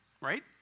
right